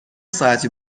ساعتی